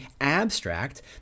abstract